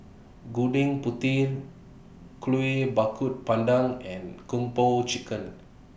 Gudeg Putih Kuih Bakar Pandan and Kung Po Chicken